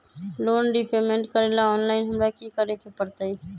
Loan repayment करेला online हमरा की करे के परतई?